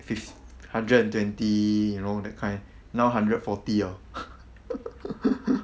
fif~ hundred and twenty you know that kind now hundred and fourty 了